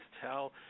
tell